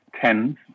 tens